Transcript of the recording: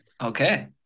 Okay